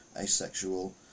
asexual